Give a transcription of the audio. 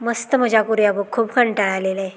मस्त मजा करूया बघ खूप कंटाळा आलेलं आहे